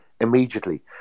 immediately